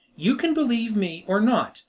you can believe me or not,